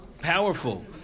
powerful